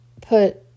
put